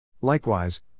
Likewise